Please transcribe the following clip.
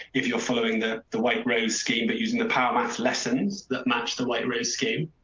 if you're following the the white rose scheme but using the power math lessons that matched the white rose scheme.